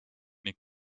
ning